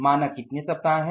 मानक कितने सप्ताह हैं